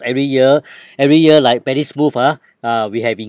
every year every year like very smooth ah ah we having